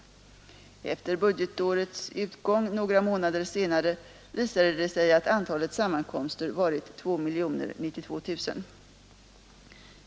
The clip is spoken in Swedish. Efter budgetårets utgång några månader senare visade det sig att antalet sammankomster varit 2 092 000.